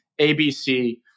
ABC